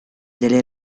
delle